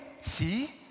see